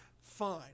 fine